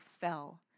fell